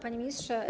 Panie Ministrze!